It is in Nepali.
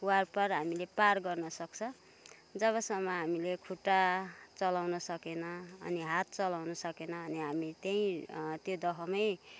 वारपार हामीले पार गर्नसक्छ जबसम्म हामीले खुट्टा चलाउन सकेन अनि हात चलाउन सकेन अनि हामी त्यहीँ त्यो दहमै